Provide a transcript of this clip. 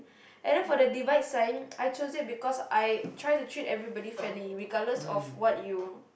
and then for the divide sign I choose it because I try to treat everybody friendly regardless of what you